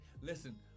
listen